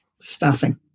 staffing